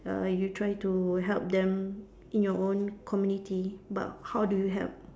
err you try to help them in your own community but how do you help